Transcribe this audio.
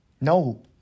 No